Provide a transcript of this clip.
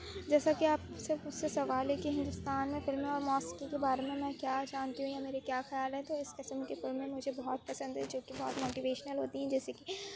جیسا کہ آپ سے مجھ سے سوال ہے کہ ہندوستان میں فلمیں اور موسیقی کے بارے میں میں کیا جانتی ہوں یا میرے کیا خیال ہیں تو اس قسم کی فلمیں مجھے بہت پسند ہیں جو کہ بہت موٹیوشنل ہوتی ہیں جیسے کہ